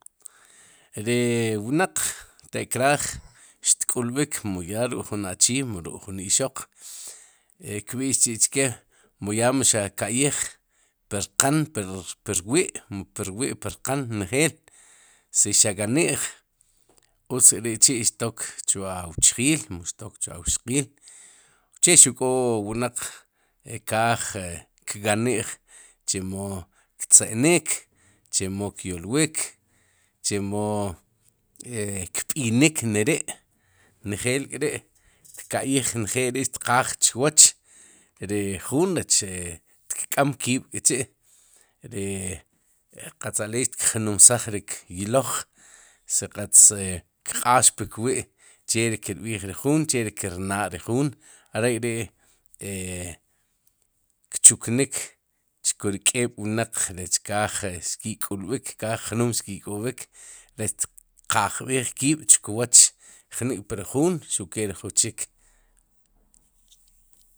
Ri wnaq te'kraaj xtk'ulb'ik mu ya ruk'jun achii mu ruk'jun ixoq, e kb'i'x chi'chke'mu ya mxaka'yij per qaan per wi', perwi'per qan njeel, si xa qani'j utzk'ri'chi'xtok chu wu auchjil mu xtok chu auxqiil uche xuq k'o wnaq kaaj e kkani'j chemo ktze'nik chemo kyolwik, chemo e kb'nik neri' njeel k'ri tka'yij njel ri' tqaaj chwoch, ri juun rech e tk'am kiib'k'chi' ri qatz aleey tkjnumsaj ri kyloj si qatz kq'aax puk wi' che ri kirb'ij ri juun che ri kir naa' juun are'k'ri'e kchuknik chkuri k'eeb'wnaq rech kaaj xki'k'ulb'ik kaaj jnum iki'k'ob'ik rech tkajb'ej kiib'chkwoch jnuk'pri juun xuq ke ri juchik